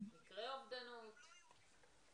מקרי אובדנות?